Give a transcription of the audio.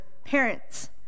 Parents